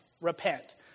Repent